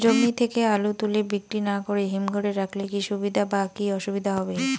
জমি থেকে আলু তুলে বিক্রি না করে হিমঘরে রাখলে কী সুবিধা বা কী অসুবিধা হবে?